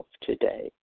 today